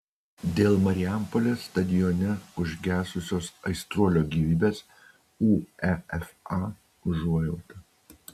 dėl marijampolės stadione užgesusios aistruolio gyvybės uefa užuojauta